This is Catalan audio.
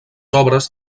obres